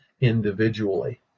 individually